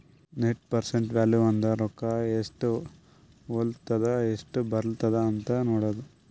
net present value ಅಂದುರ್ ರೊಕ್ಕಾ ಎಸ್ಟ್ ಹೊಲತ್ತುದ ಎಸ್ಟ್ ಬರ್ಲತ್ತದ ಅಂತ್ ನೋಡದ್ದ